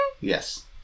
Yes